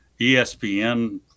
ESPN